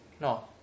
No